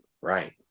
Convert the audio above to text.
Right